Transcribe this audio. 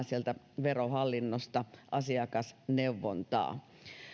sieltä verohallinnosta pystytään antamaan asiakasneuvontaa